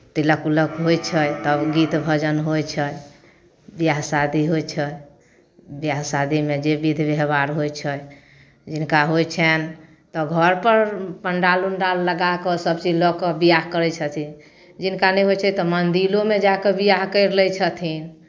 तिलक उलक होइ छै तब गीत भजन होइ छै बियाह शादी होइ छै बियाह शादीमे जे बिध बेहबार होइ छै जिनका होइ छेन तऽ घरपर पण्डाल उण्डाल लगा कऽ सभचीज लऽ कऽ बियाह करै छथिन जिनका नहि होइ छै तऽ मन्दिरोमे जा कऽ बियाह करि लै छथिन